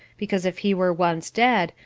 because if he were once dead,